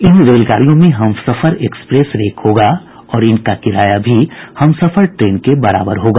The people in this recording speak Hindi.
इन रेलगाड़ियों में हमसफर एक्सप्रेस रेक होगा और इनका किराया भी हमसफर ट्रेन के बराबर होगा